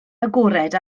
agored